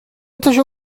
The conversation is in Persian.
تاشو